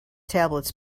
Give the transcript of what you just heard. tablets